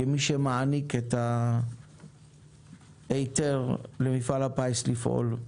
כמי שמעניק היתר למפעל הפיס לפעול.